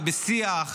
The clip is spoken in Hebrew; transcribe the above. בשיח,